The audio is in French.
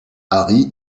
harry